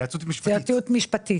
התקציב אושר.